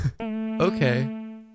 Okay